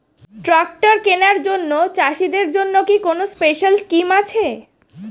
Tractor কেনার জন্য চাষিদের জন্য কি কোনো স্পেশাল স্কিম আছে?